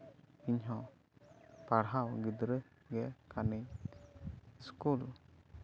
ᱤᱧ ᱦᱚᱸ ᱯᱟᱲᱦᱟᱣ ᱜᱤᱫᱽᱨᱟᱹ ᱜᱮ ᱠᱟᱹᱱᱟᱹᱧ ᱤᱥᱠᱩᱞ